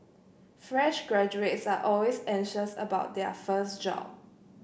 fresh graduates are always anxious about their first job